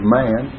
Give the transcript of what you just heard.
man